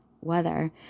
weather